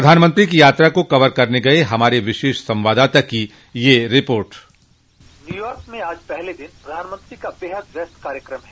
प्रधानमंत्री की यात्रा को कवर करने गए हमारे विशेष संवाददाता की एक रिपोर्ट न्यूयार्क में आज पहले दिन प्रधानमंत्री का बेहद व्यस्त कार्यक्रम है